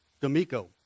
D'Amico